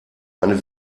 eine